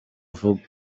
mvugo